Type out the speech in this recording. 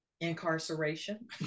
incarceration